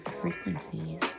frequencies